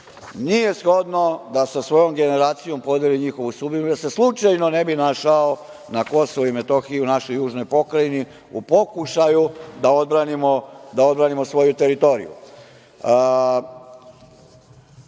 nije shodno da sa svojom generacijom Vuk Jeremić podeli njihovu sudbinu i da se slučajno ne bi našao na Kosovu i Metohiji, u našoj južnoj Pokrajini u pokušaju da odbranimo svoju teritoriju. Gospodin